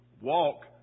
walk